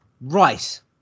Rice